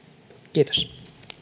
kiitos